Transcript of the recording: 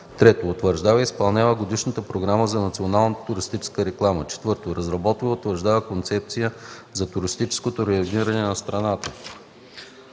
1; 3. утвърждава и изпълнява годишната програма за национална туристическа реклама; 4. разработва и утвърждава концепция за туристическо райониране на страната;